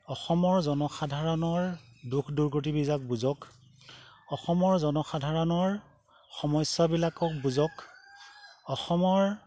অসমৰ জনসাধাৰণৰ দুখ দুৰ্গতিবিলাক বুজক অসমৰ জনসাধাৰণৰ সমস্যাবিলাকক বুজক অসমৰ